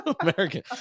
American